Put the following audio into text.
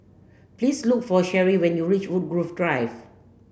please look for Sherrie when you reach Woodgrove Drive